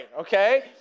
Okay